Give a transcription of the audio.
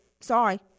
sorry